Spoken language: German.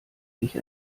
sich